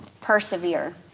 persevere